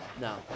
No